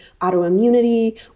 autoimmunity